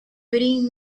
bring